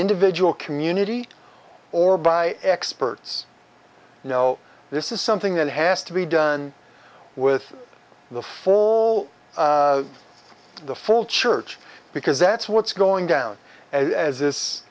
individual community or by experts you know this is something that has to be done with the fall of the full church because that's what's going down as